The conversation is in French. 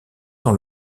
dans